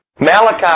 Malachi